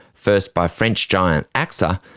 first by french giant axa,